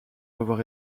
avoir